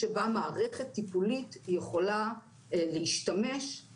הכי מקצועיים ולהעביר אותם למקומות האלה.